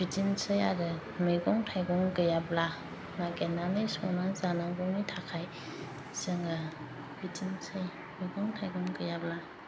बिदिनोसै आरो मैगं थाइगं गैयाब्ला नागिरनानै संनानै जानांगौनि थाखाय जोङो बिदिनो जायो मैगं थाइगं गैयाब्ला